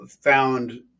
found